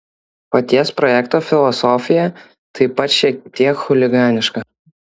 paties projekto filosofija taip pat šiek tiek chuliganiška